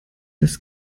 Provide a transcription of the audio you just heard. das